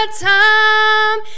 time